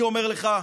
אני אומר לך,